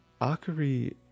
Akari